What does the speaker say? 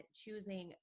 choosing